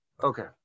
Okay